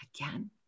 again